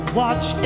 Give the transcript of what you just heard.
watch